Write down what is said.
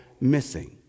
missing